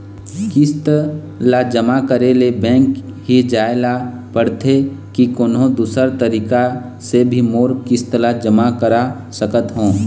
किस्त ला जमा करे ले बैंक ही जाए ला पड़ते कि कोन्हो दूसरा तरीका से भी मोर किस्त ला जमा करा सकत हो?